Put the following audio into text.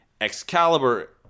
Excalibur